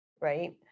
right